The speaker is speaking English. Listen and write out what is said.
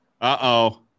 Uh-oh